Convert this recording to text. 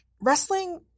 Wrestling